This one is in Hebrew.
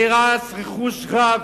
נהרס רכוש רב.